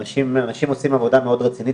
אנשים עושים עבודה רצינית מאוד,